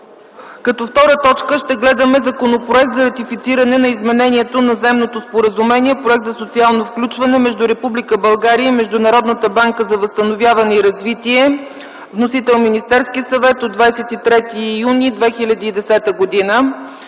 Като т. 2 ще разглеждаме Законопроект за ратифициране на Изменението на Взаимното споразумение (Проект за социално включване) между Република България и Международната банка за възстановяване и развитие. Вносител е Министерският съвет от 23 юни 2010 г.